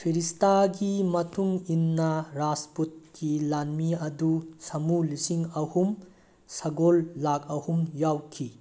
ꯐꯤꯔꯤꯁꯇꯥꯒꯤ ꯃꯇꯨꯡ ꯏꯟꯅ ꯔꯥꯖꯄꯨꯠꯀꯤ ꯂꯥꯟꯃꯤ ꯑꯗꯨ ꯁꯃꯨ ꯂꯤꯁꯤꯡ ꯑꯍꯨꯝ ꯁꯒꯣꯜ ꯂꯥꯛ ꯑꯍꯨꯝ ꯌꯥꯎꯈꯤ